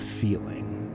feeling